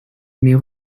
mais